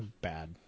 Bad